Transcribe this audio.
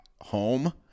home